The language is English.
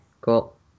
cool